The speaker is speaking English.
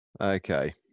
Okay